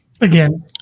Again